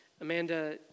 Amanda